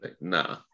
Nah